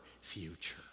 future